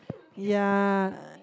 ya